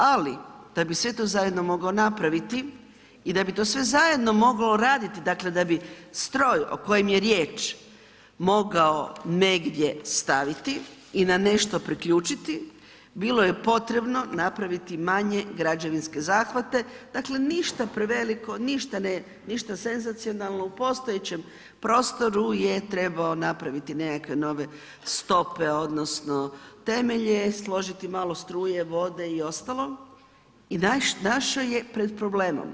Ali, da bi sve to zajedno mogao napraviti i da bi to sve zajedno moglo raditi, dakle da bi stroj o kojem je riječ mogao negdje staviti i na nešto priključiti, bilo je potrebno napraviti manje građevinske zahvate, dakle ništa preveliko, ništa senzacionalno u postojećem prostoru je trebao napraviti nekakve nove stope, odnosno temelje, složiti malo struje, vode i ostalo i našao je pred problemom.